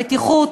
הבטיחות,